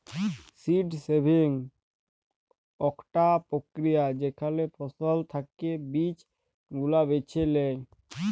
seed saving আকটা প্রক্রিয়া যেখালে ফসল থাকি বীজ গুলা বেছে লেয়